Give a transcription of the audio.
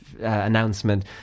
announcement